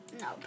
no